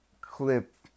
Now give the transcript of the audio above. clip